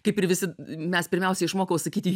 kaip ir visi mes pirmiausia išmokau sakyti